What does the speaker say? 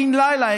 בן לילה,